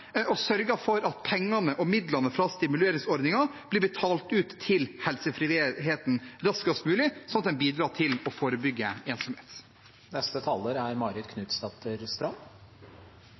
og sørger for at pengene og midlene fra stimuleringsordningen blir betalt ut til helsefrivilligheten raskest mulig, slik at en bidrar til å forebygge ensomhet. Det er